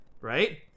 right